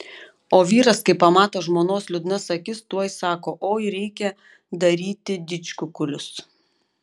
o vyras kai pamato žmonos liūdnas akis tuoj sako oi reikia daryti didžkukulius